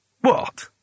What